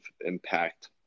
impact